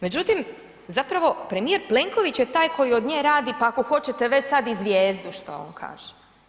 Međutim, zapravo premijer Plenković je taj koji od nje radi pa ako hoćete već sad i zvijezdu što on kaže.